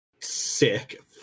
Sick